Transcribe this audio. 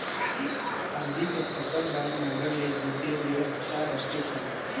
हल्दी के फसल बार नागर ले जोते ले अच्छा रथे कौन?